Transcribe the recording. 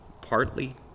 partly